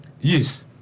Yes